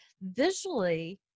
visually